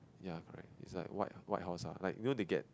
ya correct is like white white house ah you know they get